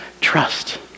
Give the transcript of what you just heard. trust